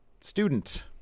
student